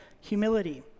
humility